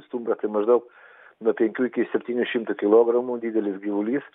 stumbras tai maždaug nuo penkių iki septynių šimtų kilogramų didelis gyvulys